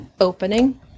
opening